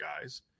guys